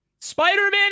Spider-Man